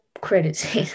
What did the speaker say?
credits